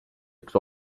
üks